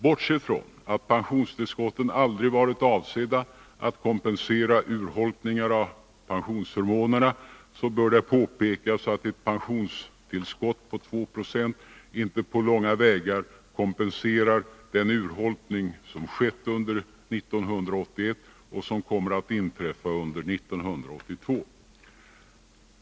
Bortsett från att pensionstillskotten aldrig varit avsedda att kompensera urholkningar av pensionsförmånerna, så bör det påpekas att ett pensionstillskott på 2 26 inte på långa vägar kompenserar den urholkning som skett under 1981 och som kommer att inträffa under 1982.